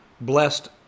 blessed